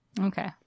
Okay